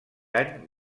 any